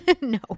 no